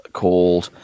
called